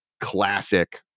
classic